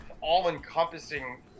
all-encompassing